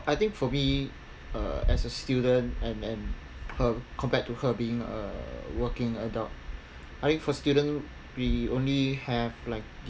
I think for me uh as a student and and her compared to her being a working adult I mean for student we only have like